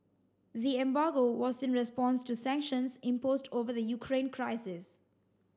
the embargo was in response to sanctions imposed over the Ukraine crisis